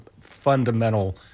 fundamental